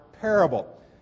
parable